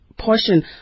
Portion